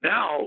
Now